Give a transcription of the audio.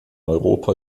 europa